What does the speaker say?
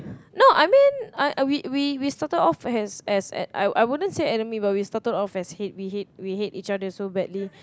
no I meant I I we we we started of as as I I wouldn't say enemy but we started of as hate we hate we hate each other so badly